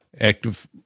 active